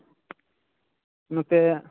ᱱᱚᱛᱮ